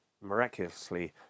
miraculously